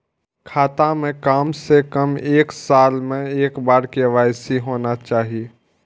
खाता में काम से कम एक साल में एक बार के.वाई.सी होना चाहि?